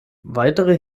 weitere